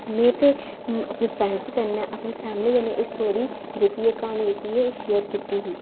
में ते अपने फ्रेंड्स कन्नै अपने फ्रेंडें कन्नै एह् स्टोरी जेह्की एह् क्हानी ऐ शेयर कीती ही